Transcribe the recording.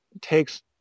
takes